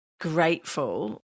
grateful